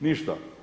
Ništa.